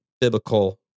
biblical